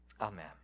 amen